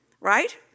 right